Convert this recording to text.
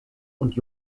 und